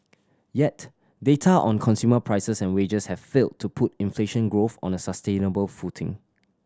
yet data on consumer prices and wages have failed to put inflation growth on a sustainable footing